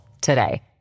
today